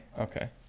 Okay